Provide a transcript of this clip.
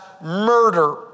murder